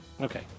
Okay